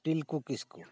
Tilku Kisku